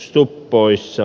stub poissa